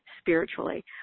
spiritually